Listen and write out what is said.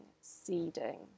seeding